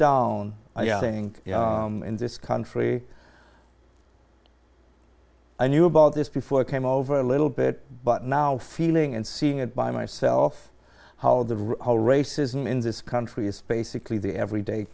down i think in this country i knew about this before i came over a little bit but now feeling and seeing it by myself how the whole racism in this country is basically the every day